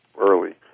early